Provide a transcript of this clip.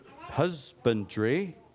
husbandry